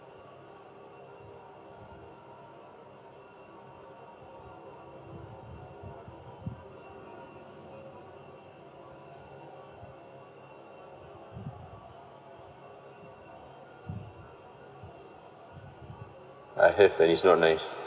I have and its not nice